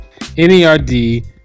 NERD